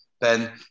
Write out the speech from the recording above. Ben